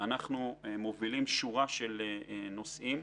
אנחנו מובילים שורה של נושאים.